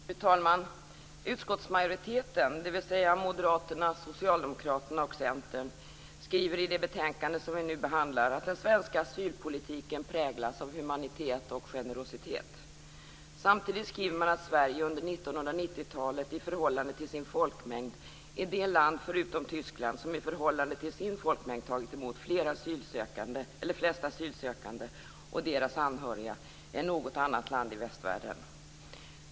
Fru talman! Utskottsmajoriteten, dvs. Moderaterna, Socialdemokraterna och Centern, skriver i det betänkande som vi nu behandlar att den svenska sylpolitiken präglas av humanitet och generositet. Samtidigt skriver man att Sverige under 1990-talet i förhållande till sin folkmängd är det land, förutom Tyskland, som i förhållande till sin folkmängd tagit emot flest asylsökande och deras anhöriga än något annat land i västvärlden.